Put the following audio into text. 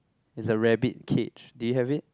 it's a rabbit cage do you have it